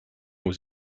aux